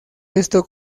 esto